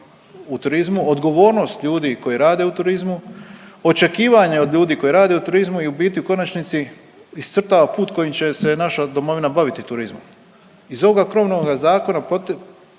u turizmu, odgovornost ljudi koji rade u turizmu, očekivanja od ljudi koji rade u turizmu i u biti u konačnici iscrtava put kojim će se naša domovina baviti turizmom. Iz ovoga krovnoga zakona proisteći